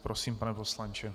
Prosím, pane poslanče.